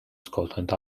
scotland